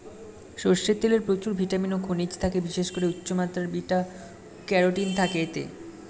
সরষের তেলে প্রচুর ভিটামিন ও খনিজ থাকে, বিশেষ করে উচ্চমাত্রার বিটা ক্যারোটিন থাকে এতে